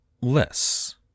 less